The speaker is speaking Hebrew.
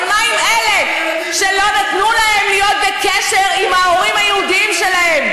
אבל עם מה אלה שלא נתנו להם להיות בקשר עם ההורים היהודים שלהם?